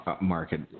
market